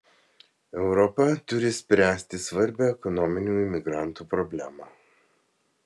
europa turi spręsti svarbią ekonominių imigrantų problemą